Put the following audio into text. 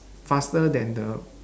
faster than the